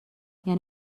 یعنی